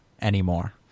anymore